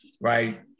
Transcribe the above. right